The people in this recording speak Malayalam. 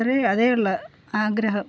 ഇത്രേം അതേയുള്ളു ആഗ്രഹം